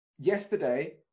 Yesterday